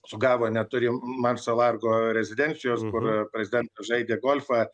sugavo neturi marco largo rezidencijos kur prezidentas žaidė golfą